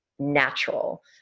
Natural